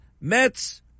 Mets